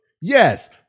Yes